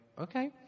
okay